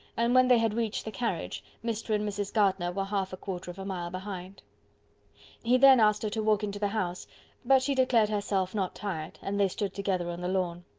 and when they had reached the carriage, mr. and mrs. gardiner were half a quarter of a mile behind he then asked her to walk into the house but she declared herself not tired, and they stood together on the lawn.